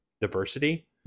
diversity